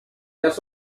las